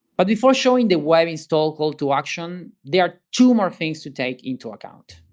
but before showing the web install call to action, there are two more things to take into account.